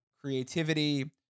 creativity